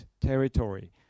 territory